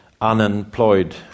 unemployed